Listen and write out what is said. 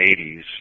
80s